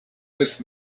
with